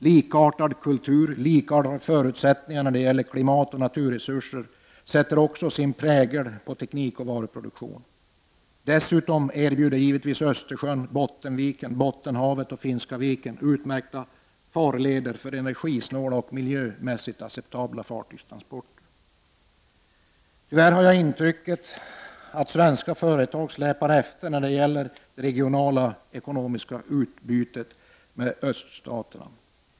Likartad kultur, likartade förutsättningar när det gäller klimat och naturresurser sätter också sin prägel på teknik och varuproduktion. Dessutom erbjuder givetvis Östersjön, Bottenviken, Bottenhavet och Finska viken utmärkta farleder för energisnåla och miljömässigt acceptabla fartygstransporter. Tyvärr har jag intrycket att svenska företag släpar efter när det gäller det regionala ekonomiska utbytet med öststaterna.